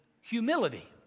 humility